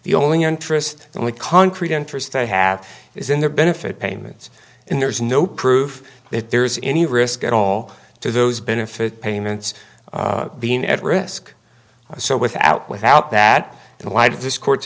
the only interest only concrete interest i have is in their benefit payments and there's no proof that there's any risk at all to those benefit payments being at risk so without without that in the light of this court's